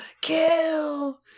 Kill